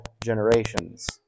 generations